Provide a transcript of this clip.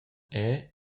era